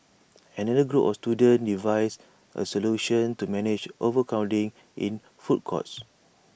another group of students devised A solution to manage overcrowding in food courts